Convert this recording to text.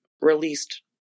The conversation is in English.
released